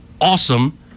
awesome